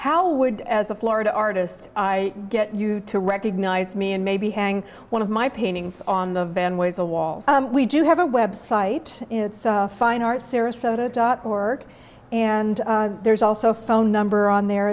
how would as a florida artist i get you to recognize me and maybe hang one of my paintings on the van was a wall we do have a website it's fine art sarasota dot org and there's also a phone number on there